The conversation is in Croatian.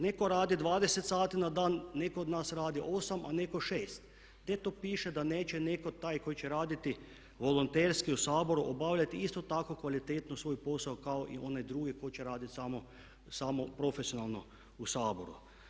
Netko radi 20 sati na dan, netko od nas radi 8, a netko 6. Gdje to piše da neće netko taj koji će raditi volonterski u Saboru obavljati isto tako kvalitetno svoj posao kao i onaj drugi koji će raditi samo profesionalno u Saboru?